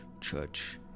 church